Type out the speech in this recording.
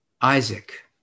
Isaac